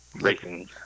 racing